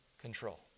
control